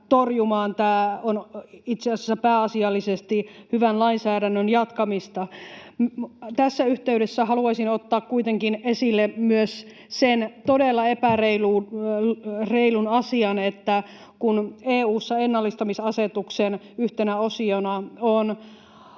Tämä on itse asiassa pääasiallisesti hyvän lainsäädännön jatkamista. Tässä yhteydessä haluaisin ottaa kuitenkin esille myös sen todella epäreilun asian, että kun EU:ssa ennallistamisasetuksen yhtenä osiona on